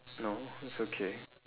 no it's okay